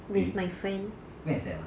eh where's that ah